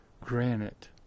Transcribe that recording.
granite